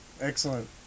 excellent